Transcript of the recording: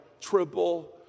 triple